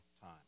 time